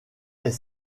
est